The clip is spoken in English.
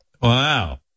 Wow